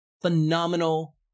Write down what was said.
Phenomenal